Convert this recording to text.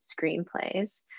screenplays